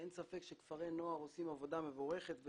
אין ספק שכפרי נוער עושים עבודה מבורכת.